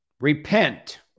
Repent